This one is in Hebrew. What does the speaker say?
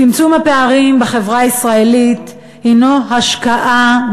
צמצום הפערים בחברה הישראלית הוא השקעה,